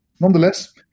Nonetheless